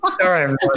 Sorry